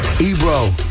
Ebro